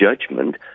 judgment